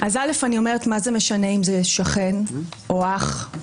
אני אומרת, מה זה משנה אם זה שכן או אח?